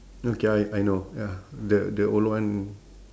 okay I I know ya the the old one